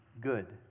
good